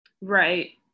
Right